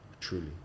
truly